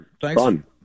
Thanks